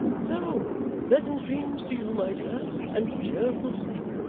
so pleasant dreams to you, my dear, and cheerful sleep